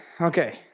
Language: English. okay